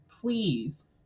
please